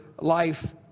life